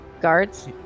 guards